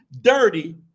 dirty